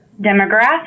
demographic